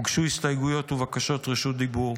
הוגשו הסתייגויות ובקשות רשות דיבור.